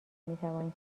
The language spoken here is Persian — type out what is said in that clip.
میتوان